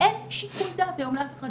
אין שיקול דעת היום לאף אחד.